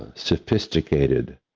sophisticated